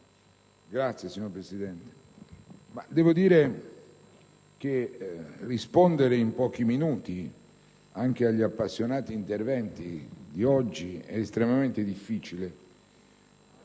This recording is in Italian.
esteri*. Signora Presidente, devo dire che rispondere in pochi minuti agli appassionati interventi di oggi è estremamente difficile,